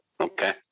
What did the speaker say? okay